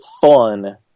fun